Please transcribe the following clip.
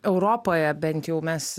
europoje bent jau mes